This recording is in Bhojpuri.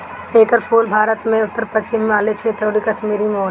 एकर फूल भारत में उत्तर पश्चिम हिमालय क्षेत्र अउरी कश्मीर में होला